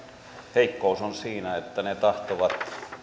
heikkous on siinä että ne tahtovat